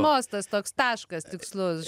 mostas toks taškas tikslus